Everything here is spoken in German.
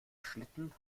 schlitten